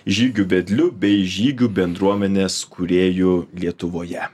žygių vedliu bei žygių bendruomenės kūrėju lietuvoje